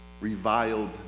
reviled